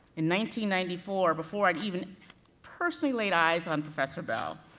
in ninety ninety four, before i even personally laid eyes on professor bell,